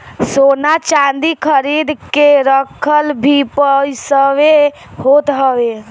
सोना चांदी खरीद के रखल भी पईसवे होत हवे